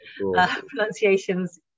pronunciations